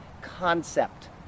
concept